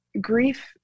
grief